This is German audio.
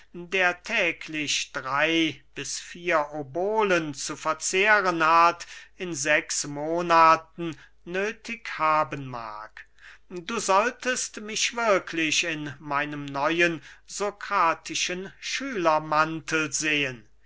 der täglich drey bis vier obolen zu verzehren hat in sechs monaten nöthig haben mag du solltest mich wirklich in meinem neuen sokratischen schülermantel sehen